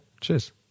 cheers